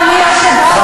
אדוני היושב-ראש,